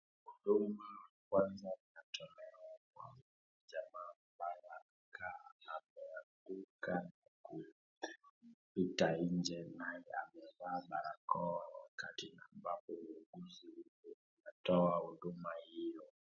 Huduma ya kwanza inatolewa kwa jamaa, ambaye anaka ameanguka kupita inje na yeye amevaa barakoa wakati na ambapo muguzi huyu anatoa huduma hiyo.